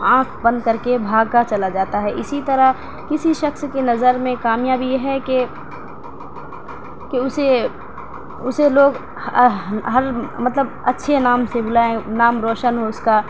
آنکھ بند کر کے بھاگا چلا جاتا ہے اسی طرح کسی شخص کی نظر میں کامیاب یہ ہے کہ کہ اسے اسے لوگ ہر مطلب اچّھے نام سے بلائیں نام روشن ہو اس کا